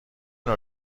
نوع